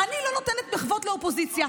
אני לא נותנת מחוות לאופוזיציה.